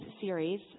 series